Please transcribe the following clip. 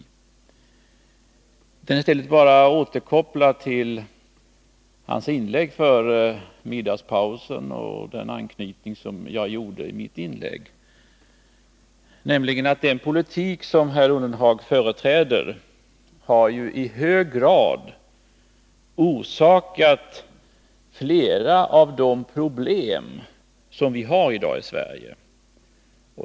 Jag vill i stället återkomma till hans inlägg före middagspausen och knyta an till vad jag sade i mitt inlägg, nämligen att den politik som herr Ullenhag företräder i hög grad har orsakat flera av de problem som vi i dag har i Sverige.